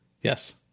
Yes